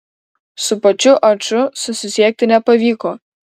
su pačiu aču susisiekti nepavyko